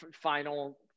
final